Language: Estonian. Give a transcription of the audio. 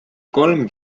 kolm